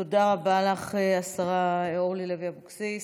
תודה רבה לך, השרה אורלי לוי אבקסיס.